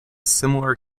similar